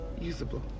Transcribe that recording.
Usable